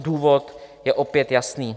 Důvod je opět jasný.